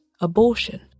abortion